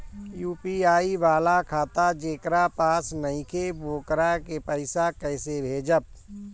UPI वाला खाता जेकरा पास नईखे वोकरा के पईसा कैसे भेजब?